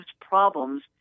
problems